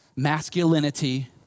masculinity